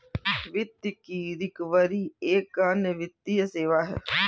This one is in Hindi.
वित्त की रिकवरी एक अन्य वित्तीय सेवा है